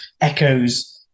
echoes